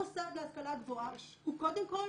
מוסד להשכלה גבוהה הוא קודם כול